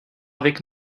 avec